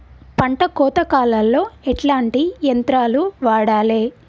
పంట కోత కాలాల్లో ఎట్లాంటి యంత్రాలు వాడాలే?